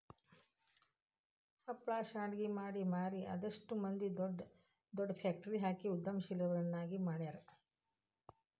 ಹಪ್ಳಾ ಶಾಂಡ್ಗಿ ಮಾಡಿ ಮಾರಿ ಅದೆಷ್ಟ್ ಮಂದಿ ದೊಡ್ ದೊಡ್ ಫ್ಯಾಕ್ಟ್ರಿ ಹಾಕಿ ಉದ್ಯಮಶೇಲರನ್ನಾಗಿ ಮಾಡ್ಯಾರ